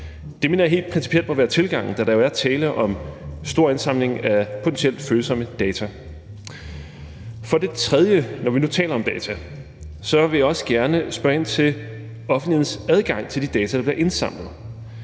Det mener jeg helt principielt må være tilgangen, da der jo er tale om en stor indsamling af potentielt følsomme data. For det tredje vil jeg også gerne, når vi nu taler om data, spørge ind til offentlighedens adgang til de data, der bliver indsamlet.